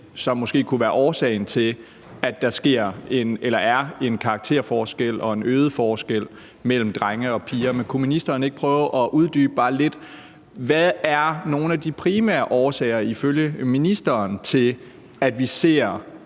som måske kunne være årsagen til, at der er en karakterforskel og en øget forskel mellem drenge og piger. Så kunne ministeren ikke bare prøve at uddybe, hvad der ifølge ministeren er nogle af de primære årsager til, at vi kan